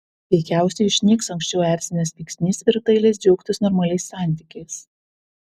veikiausiai išnyks anksčiau erzinęs veiksnys ir tai leis džiaugtis normaliais santykiais